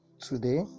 Today